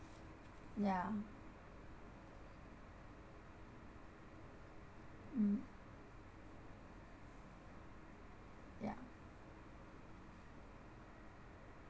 yeah mm yeah